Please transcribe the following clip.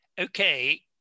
Okay